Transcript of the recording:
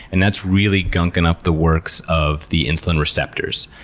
and that's really gunking up the works of the insulin receptors.